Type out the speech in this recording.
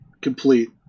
complete